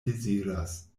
deziras